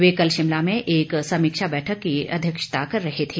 वह कल शिमला में एक समीक्षा बैठक की अध्यक्षता कर रहे थे